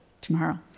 tomorrow